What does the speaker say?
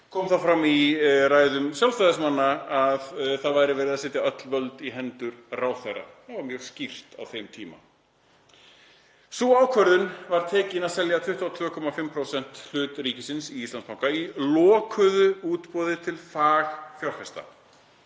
kom það fram í ræðum Sjálfstæðismanna að það væri verið að setja öll völd í hendur ráðherra. Það var mjög skýrt á þeim tíma. Sú ákvörðun var tekin að selja 22,5% hlut ríkisins í Íslandsbanka í lokuðu útboði til fagfjárfesta.